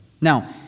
Now